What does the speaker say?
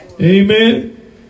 Amen